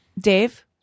Dave